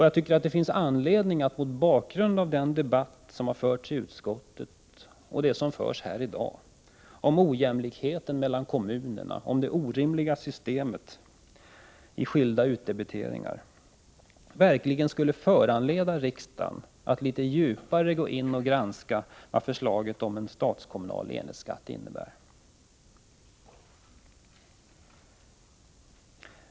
Jag tycker det finns anledning för riksdagen att mot bakgrund av den debatt som förts i utskottet och som förs här i dag om ojämlikheten mellan kommunerna, om det orimliga systemet när det gäller skilda utdebiteringar, verkligen djupare gå in och granska vad förslaget om en stats-kommunal enhetsskatt innebär.